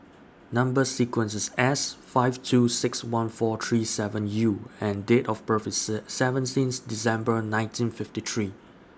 Number sequence IS S five two six one four three seven U and Date of birth IS seventeenth December nineteen fifty three